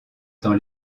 dans